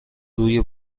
روی